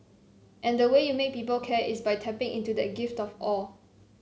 and the way you make people care is by tapping into that gift of awe